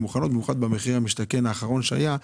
מוכנות כאשר במיוחד במחיר למשתכן האחרון שהיה,